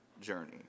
journey